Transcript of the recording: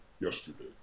yesterday